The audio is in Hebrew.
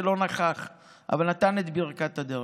שלא נכח אבל נתן את ברכת הדרך,